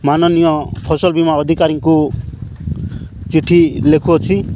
ମାନନୀୟ ଫସଲ ବୀମା ଅଧିକାରୀଙ୍କୁ ଚିଠି ଲେଖୁଅଛି